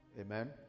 Amen